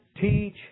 teach